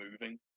moving